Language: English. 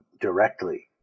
directly